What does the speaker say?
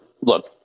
look